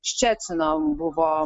ščecina buvo